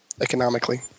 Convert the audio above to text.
economically